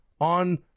on